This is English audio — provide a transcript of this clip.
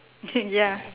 ya